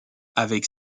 avec